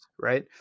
Right